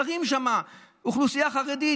גרה שם אוכלוסייה חרדית,